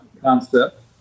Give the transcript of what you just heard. concept